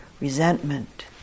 resentment